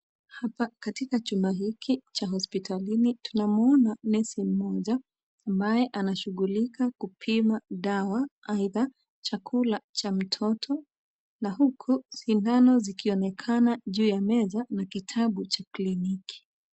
Hapa katika chumba hiki cha hospitalini tunamwona nesi mmoja ambaye anashughulika kupima dawa aidha, chakula cha mtoto na huku sindano zikionekana juu ya meza na kitabu cha kliniki.